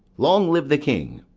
long live the king!